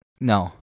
no